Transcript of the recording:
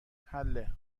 حله